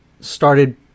started